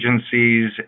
agencies